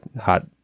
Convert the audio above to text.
hot